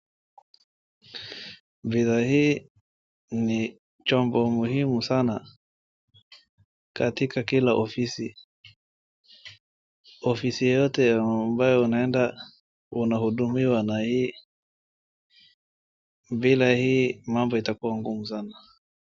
Bidhaa hii ni chombo muhimu sana, katika kila ofisi. Ofisi yoyote ambayo unaenda unahudumiwa na hii, bila hii mambo itakuwa ngumu sana.